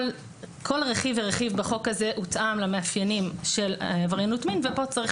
כל רכיב ורכיב בחוק הזה הותאם למאפיינים של עבריינות מין וכאן צריך